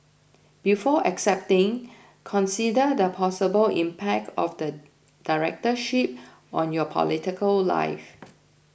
before accepting consider the possible impact of the directorship on your political life